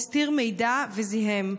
הסתיר מידע וזיהם.